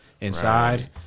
inside